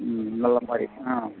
ம் நல்ல மாதிரி ஆ